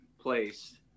place